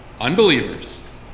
Unbelievers